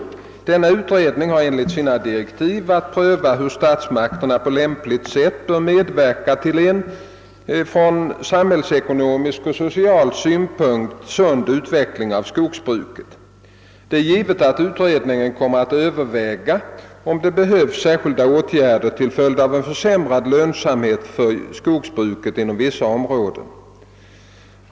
Denna utredning har enligt sina direktiv att pröva hur statsmakterna på lämpligaste sätt bör medverka till en från samhällsekonomisk och social synpunkt sund utveckling av skogsbruket. Det är givet att utredningen kommer att överväga om det behövs särskilda åtgärder till följd av en försämrad lönsamhet för skogsbruket inom vissa områden.